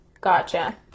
Gotcha